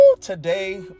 Today